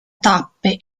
tappe